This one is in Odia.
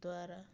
ଦ୍ଵାରା